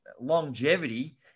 longevity